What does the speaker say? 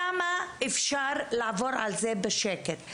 כמה אפשר לעבור על זה בשקט?